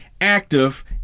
active